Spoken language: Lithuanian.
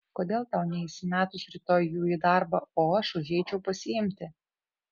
kodėl tau neįsimetus rytoj jų į darbą o aš užeičiau pasiimti